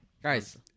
Guys